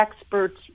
experts